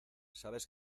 sabes